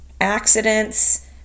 accidents